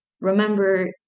remember